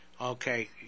okay